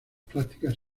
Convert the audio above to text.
prácticas